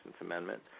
amendment